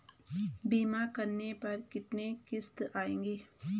बीमा करने पर कितनी किश्त आएगी?